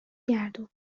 گردون